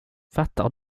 fattar